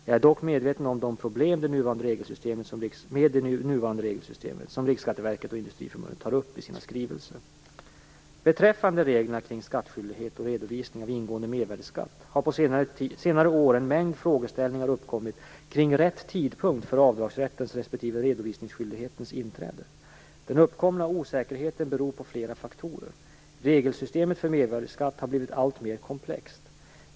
Jag är dock medveten om de problem med det nuvarande regelsystemet som Riksskatteverket och Industriförbundet tar upp i sina skrivelser. Beträffande reglerna kring skattskyldighet och redovisning av ingående mervärdesskatt har på senare år en mängd frågeställningar uppkommit kring rätt tidpunkt för avdragsrättens respektive redovisningsskyldighetens inträde. Den uppkomna osäkerheten beror på flera faktorer. Regelsystemet för mervärdesskatt har blivit alltmer komplext.